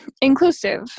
inclusive